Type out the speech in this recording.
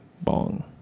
bong